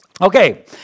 Okay